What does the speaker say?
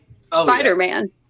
Spider-Man